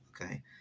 Okay